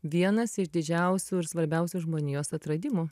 vienas iš didžiausių ir svarbiausių žmonijos atradimų